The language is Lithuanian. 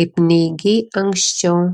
kaip neigei anksčiau